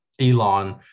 Elon